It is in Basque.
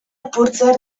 apurtzear